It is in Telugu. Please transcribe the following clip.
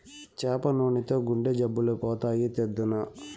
చేప నూనెతో గుండె జబ్బులు పోతాయి, తెద్దునా